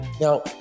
Now